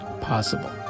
possible